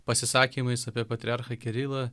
pasisakymais apie patriarchą kirilą